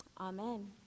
Amen